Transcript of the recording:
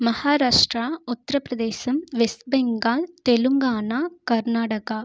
மகாராஷ்டிரா உத்திரபிரதேசம் வெஸ்ட் பெங்கால் தெலுங்கானா கர்நாடகா